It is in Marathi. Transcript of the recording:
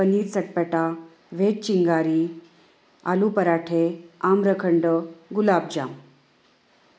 पनीर चटपटा व्हेज चिंगारी आलू पराठे आम्रखंड गुलाबजाम